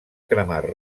cremar